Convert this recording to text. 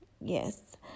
Yes